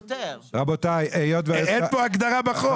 אין פה הגדרה בחוק.